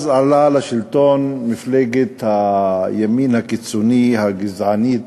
אז עלתה לשלטון מפלגת הימין הקיצוני, הגזענית,